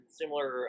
similar